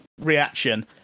reaction